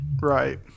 Right